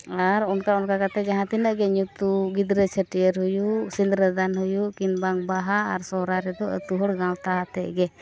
ᱟᱨ ᱚᱱᱠᱟ ᱚᱱᱠᱟ ᱠᱟᱛᱮᱫ ᱡᱟᱦᱟᱸ ᱛᱤᱱᱟᱹᱜ ᱜᱮ ᱧᱩᱛᱩᱢ ᱜᱤᱫᱽᱨᱟᱹ ᱪᱷᱟᱹᱴᱭᱟᱹᱨ ᱦᱩᱭᱩᱜ ᱥᱤᱝᱨᱟᱹᱫᱟᱱ ᱦᱩᱭᱩᱜ ᱠᱤᱢᱵᱟ ᱵᱟᱦᱟ ᱥᱚᱦᱚᱨᱟᱭ ᱨᱮᱫᱚ ᱟᱹᱛᱩ ᱦᱚᱲ ᱜᱟᱶᱛᱟ ᱟᱛᱮᱫ ᱜᱮ